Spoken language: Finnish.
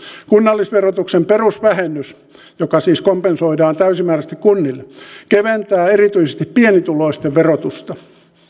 kunnallisverotuksen perusvähennys joka siis kompensoidaan täysimääräisesti kunnille keventää erityisesti pienituloisten verotusta